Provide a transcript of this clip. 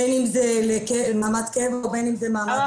בין אם זה למעמד קבע ובין אם זה מעמד אזרחות --- ואשרת כניסה.